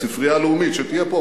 הספרייה הלאומית שתהיה פה,